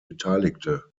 beteiligte